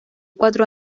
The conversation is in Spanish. cuatro